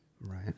Right